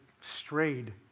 strayed